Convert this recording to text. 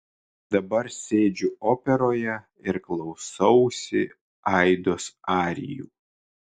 dabar sėdžiu operoje ir klausausi aidos arijų